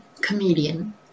comedian